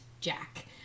Jack